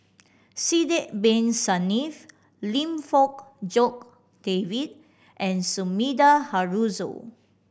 Sidek Bin Saniff Lim Fong Jock David and Sumida Haruzo